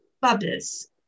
Bubbles